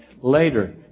later